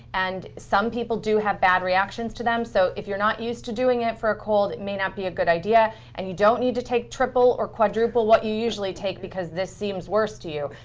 and some people do have bad reactions to them. so if you're not used to doing it for a cold, it may not be a good idea. and you don't need to take triple or quadruple what you usually take, because this seems worse to you.